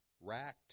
racked